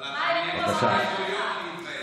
ואללה, תאמיני לי, אני מסתכל כל יום ומתבאס.